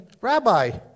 Rabbi